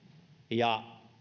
ja